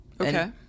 Okay